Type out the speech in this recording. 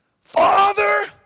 Father